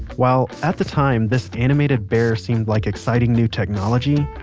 while at the time this animated bear seemed like exciting new technology,